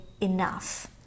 enough